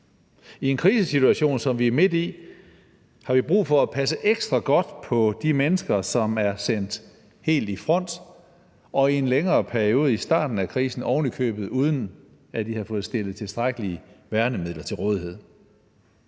I en krisesituation, som vi er midt i, har vi brug for at passe ekstra godt på de mennesker, som er sendt helt i front, og i en længere periode i starten af krisen ovenikøbet uden at de havde fået stillet tilstrækkelige værnemidler til rådighed.